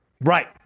Right